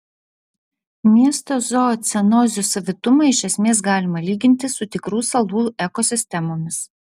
miesto zoocenozių savitumą iš esmės galima lyginti su tikrų salų ekosistemomis